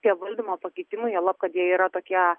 tie valdymo pakeitimai juolab kad jie yra tokie